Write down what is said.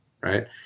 right